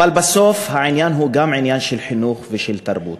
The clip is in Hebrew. אבל בסוף העניין הוא גם עניין של חינוך ושל תרבות.